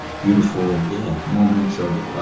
beautiful. yeah. moments of.